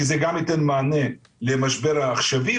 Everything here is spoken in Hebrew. כי זה גם ייתן מענה למשבר העכשווי,